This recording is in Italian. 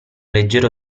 leggero